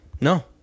No